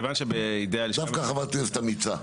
דווקא חברת כנסת אמיצה.